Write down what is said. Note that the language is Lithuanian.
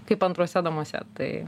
kaip antruose namuose tai